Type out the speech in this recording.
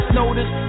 notice